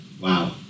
Wow